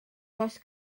does